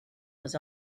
was